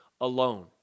alone